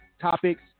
topics